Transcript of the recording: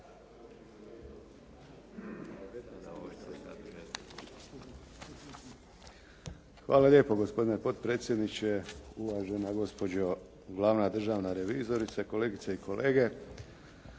Hvala lijepo gospodine potpredsjedniče, uvažena gospođo glavna državna revizorice, kolegice i kolege.